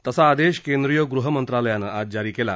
तसा आदेश केंद्रीय गृह मंत्रालयानं आज जारी केला